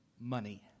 money